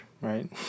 right